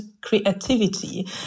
creativity